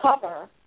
cover